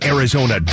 Arizona